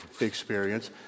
experience